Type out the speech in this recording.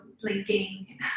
blinking